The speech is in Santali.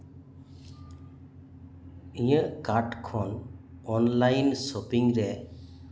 ᱤᱧᱟᱹᱜ ᱠᱟᱨᱰ ᱠᱷᱚᱱ ᱚᱱᱞᱟᱭᱤᱱ ᱥᱚᱯᱤᱝ ᱨᱮ